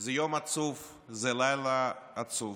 זה יום עצוב, זה לילה עצוב.